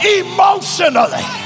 emotionally